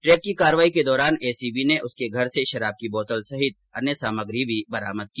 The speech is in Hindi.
ट्रेप की कार्रवाई के दौरान एसीबी ने उसके घर से शराब की बोतल सहित अन्य सामग्री भी बरामद की